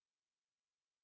thirty good